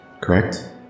correct